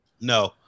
No